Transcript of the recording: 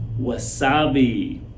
wasabi